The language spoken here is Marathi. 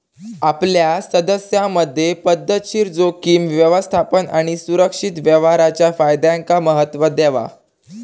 आपल्या सदस्यांमधे पध्दतशीर जोखीम व्यवस्थापन आणि सुरक्षित व्यवहाराच्या फायद्यांका महत्त्व देवा